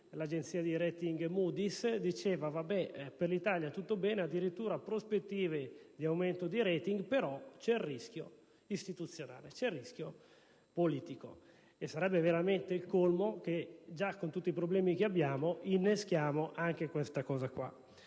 dell'agenzia di *rating* Moody's si diceva: per l'Italia tutto bene, addirittura prospettive di aumento di *rating*, però c'è il rischio istituzionale, c'è il rischio politico. Sarebbe veramente il colmo che, con tutti i problemi che abbiamo, innescassimo anche questo.